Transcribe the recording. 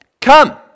Come